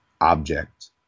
object